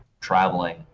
traveling